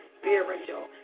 spiritual